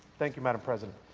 thank you, madam president.